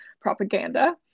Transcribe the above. propaganda